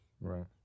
Right